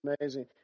amazing